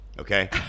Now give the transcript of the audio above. Okay